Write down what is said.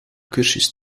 cursus